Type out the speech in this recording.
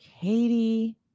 Katie